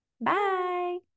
Bye